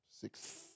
Six